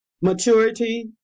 Maturity